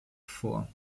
vor